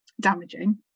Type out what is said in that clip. damaging